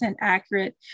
accurate